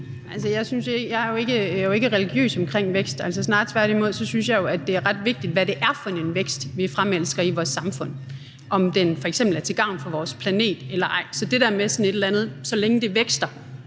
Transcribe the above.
jeg er jo ikke religiøs omkring vækst, snarere tværtimod, for jeg synes jo, at det er ret vigtigt, hvad det er for en vækst, vi fremelsker i vores samfund, f.eks. om den vækst er til gavn for vores planet eller ej. Så det der med, at så længe det vækster,